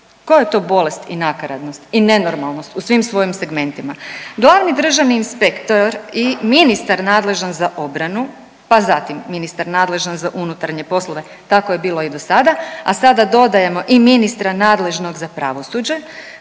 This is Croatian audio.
koja je to bolest i nakaradnost i nenormalnost u svim svojim segmentima. Glavni državni inspektor i ministar nadležan za obranu, pa zatim ministar nadležan za unutarnje poslove, tako je bilo i dosada, a sada dodajemo i ministra nadležnog za pravosuđe,